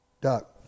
Duck